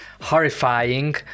horrifying